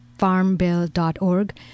Farmbill.org